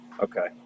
Okay